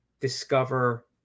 discover